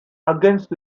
against